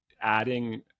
adding